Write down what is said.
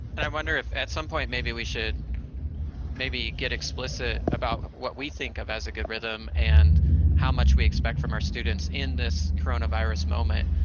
and i wonder if at some point maybe we should maybe get explicit about what we think of as a good rhythm and how much we expect from our students in this coronavirus moment.